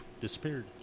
disappeared